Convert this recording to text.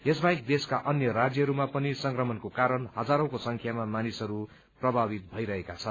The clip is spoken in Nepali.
यसबाहेक देशका अन्य राज्यहरूमा पनि संक्रमणको कारण हजारौंको संख्या मानिसहरू प्रभावित भइरहेका छन्